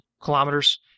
kilometers